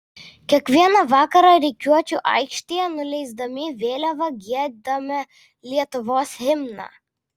kiekvieną vakarą rikiuočių aikštėje nuleisdami vėliavą giedame lietuvos himną